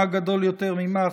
מה גדול יותר ממה,